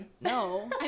No